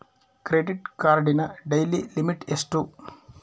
Credit ಕಾರ್ಡಿನ daily limit ಎಷ್ಟು?